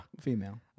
female